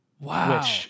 Wow